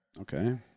Okay